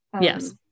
yes